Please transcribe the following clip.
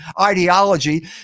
ideology